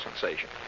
sensation